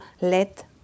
let